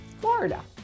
Florida